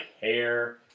hair